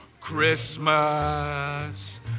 Christmas